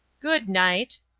good night.